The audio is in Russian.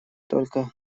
только